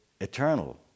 eternal